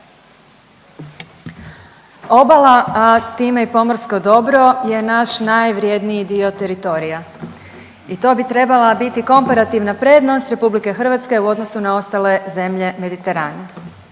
Obala, a time i pomorsko dobro je naš najvrjedniji dio teritorija i to bi trebala biti komparativna prednost RH u odnosu na ostale zemlje Mediterana,